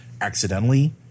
accidentally